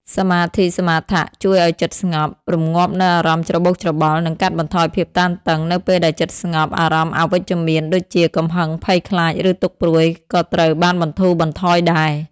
សមាធិសមាថៈ ជួយឱ្យចិត្តស្ងប់ រម្ងាប់នូវអារម្មណ៍ច្របូកច្របល់ និងកាត់បន្ថយភាពតានតឹង នៅពេលដែលចិត្តស្ងប់ អារម្មណ៍អវិជ្ជមានដូចជា កំហឹង ភ័យខ្លាច ឬទុក្ខព្រួយក៏ត្រូវបានបន្ធូរបន្ថយដែរ។